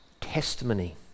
testimony